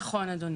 נכון, אדוני.